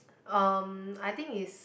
um I think is